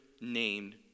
named